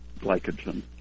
glycogen